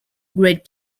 great